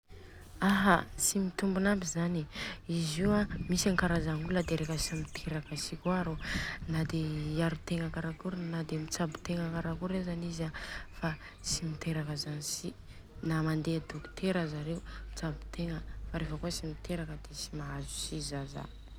Aha tsy mitombona aby Zany, izy Io an misy ankarazagna olona reka tsy miteraka si kôa rô, nade iarotegna karakory nade itsabotegna karakory aza izy an fa tsy miteraka zany si, na mandeha dokotera zareo mitsabo-tegna fa reva kôa tsy miteraka de tsy mahazo zaza.